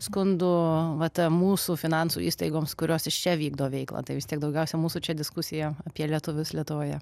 skundų vat mūsų finansų įstaigoms kurios iš čia vykdo veiklą tai vis tiek daugiausia mūsų čia diskusija apie lietuvius lietuvoje